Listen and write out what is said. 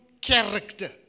character